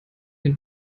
den